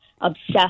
obsessed